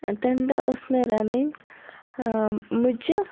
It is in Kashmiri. تَمہِ دۄہ ٲس مےٚ رَنٕنۍ مُجہِ